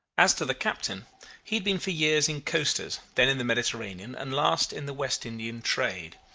as to the captain, he had been for years in coasters, then in the mediterranean, and last in the west indian trade.